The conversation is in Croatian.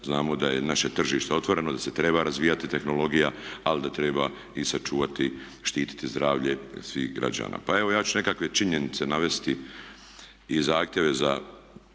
znamo da je naše tržište otvoreno i da se treba razvijati tehnologija ali da treba i sačuvati, štititi zdravlje svih građana. Pa evo ja ću nekakve činjenice navesti i zahtjevi